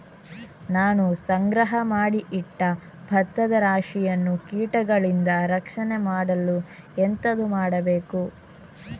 ನಾನು ಸಂಗ್ರಹ ಮಾಡಿ ಇಟ್ಟ ಭತ್ತದ ರಾಶಿಯನ್ನು ಕೀಟಗಳಿಂದ ರಕ್ಷಣೆ ಮಾಡಲು ಎಂತದು ಮಾಡಬೇಕು?